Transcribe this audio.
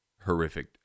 horrific